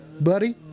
buddy